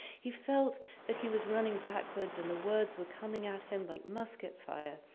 he felt that he was running backwards and the words were coming at him like musket fire.